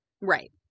right